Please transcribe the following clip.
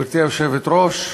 גברתי היושבת-ראש,